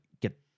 get